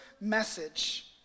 message